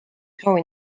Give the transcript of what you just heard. soovi